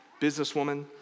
businesswoman